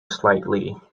slightly